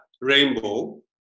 rainbow